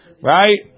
right